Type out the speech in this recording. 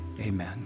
Amen